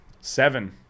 Seven